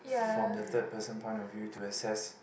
from the third person point of view to access